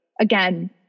again